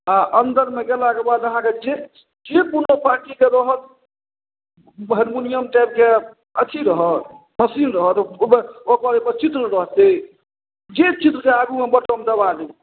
आओर अन्दरमे गेलाके बाद अहाँकेँ जे जे कोनो पार्टीके रहत हरमोनिअम टाइपके अथी रहत मशीन रहत ओकर ओहिपर चित्र रहतै जे चित्रके आगूमे बटम दबा देबै